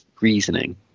reasoning